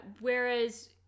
whereas